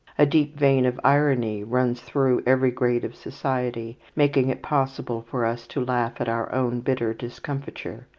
a deep vein of irony runs through every grade of society, making it possible for us to laugh at our own bitter discomfiture,